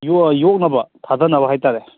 York ꯌꯣꯛꯅꯕ ꯊꯥꯗꯅꯕ ꯍꯥꯏ ꯇꯥꯔꯦ